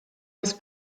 his